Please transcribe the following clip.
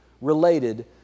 related